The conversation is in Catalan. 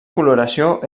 coloració